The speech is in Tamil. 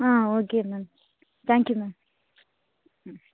ஆ ஓகே மேம் தேங்க்யூ மேம் ம்